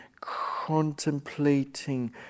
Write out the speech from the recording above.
contemplating